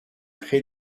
créé